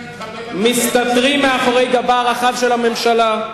מסתתרים מאחורי גבה הרחב של הממשלה,